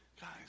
guys